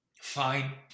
fine